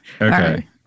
Okay